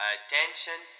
Attention